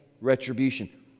retribution